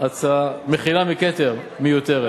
שההצעה, מחילה מכת"ר, מיותרת.